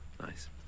Nice